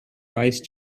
wise